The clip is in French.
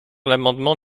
l’amendement